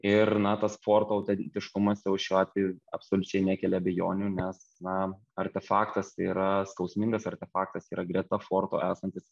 ir na tas forto autentiškumas jau šiuo atveju absoliučiai nekelia abejonių nes na artefaktas tai yra skausmingas artefaktas yra greta forto esantis